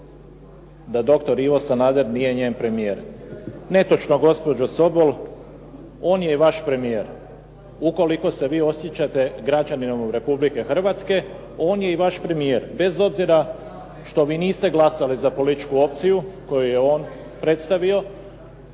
da doktor Ivo Sanader nije njen premijer. Netočno gospođo Sobol. On je i vaš premijer, ukoliko se vi osjećate građaninom Republike Hrvatske on je i vaš premijer bez obzira što vi niste glasali za političku opciju koju je on predstavio.